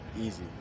easy